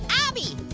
obby,